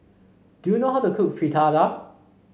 do you know how to cook Fritada